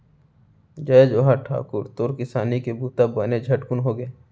जय जोहार ठाकुर, तोर किसानी के बूता बने झटकुन होगे?